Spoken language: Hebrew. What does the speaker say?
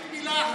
מספיק מילה אחת,